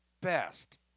best